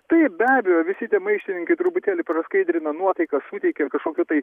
taip be abejo visi tie maištininkai truputėlį praskaidrina nuotaiką suteikia kažkokių tai